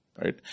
Right